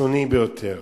קיצוני ביותר